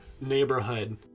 neighborhood